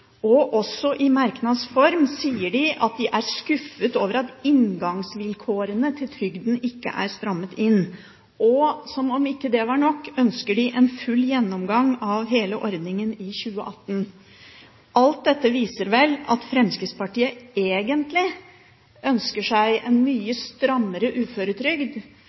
og i merknads form sier de også at de er skuffet over at inngangsvilkårene til trygden ikke er strammet inn. Og som om ikke det var nok, ønsker de en full gjennomgang av hele ordningen i 2018. Alt dette viser vel at Høyre egentlig ønsker seg en mye strammere uføretrygd,